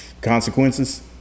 consequences